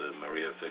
Maria